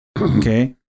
Okay